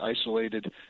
isolated